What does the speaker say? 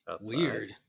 Weird